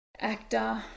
actor